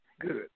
good